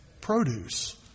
produce